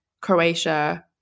Croatia